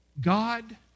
God